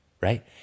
right